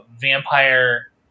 vampire